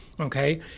Okay